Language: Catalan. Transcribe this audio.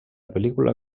pel·lícula